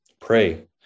pray